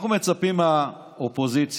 אנחנו מצפים מהאופוזיציה,